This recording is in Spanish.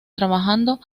trabajando